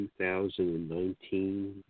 2019